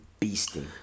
beasting